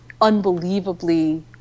unbelievably